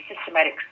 systematic